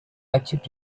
achieved